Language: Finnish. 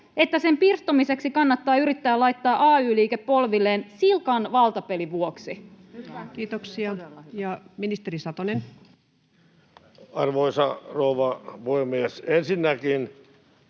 että sen pirstomiseksi kannattaa yrittää laittaa ay-liike polvilleen silkan valtapelin vuoksi? Kiitoksia. — Ministeri Satonen. Arvoisa rouva puhemies! Ensinnäkin